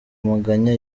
amaganya